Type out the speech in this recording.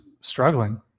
struggling